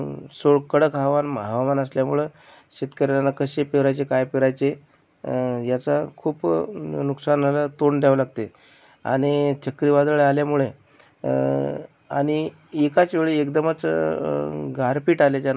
so कडक हवाना हवामान असल्यामुळं शेतकऱ्याला कसे पेरायचे काय पेरायचे याचा खूप नुकसानाला तोंड द्यावे लागते आणि चक्रीवादळ आल्यामुळे आणि एकाच वेळी एकदमच गारपीट आल्याच्यानं